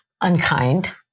unkind